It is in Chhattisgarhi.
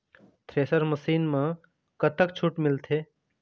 थ्रेसर मशीन म कतक छूट मिलथे?